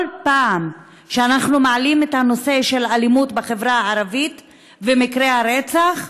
כל פעם שאנחנו מעלים את הנושא של האלימות בחברה הערבית ושל מקרי הרצח,